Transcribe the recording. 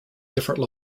different